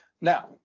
Now